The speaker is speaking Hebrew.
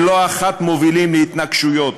שלא אחת מובילים להתנגשויות,